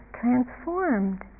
transformed